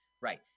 Right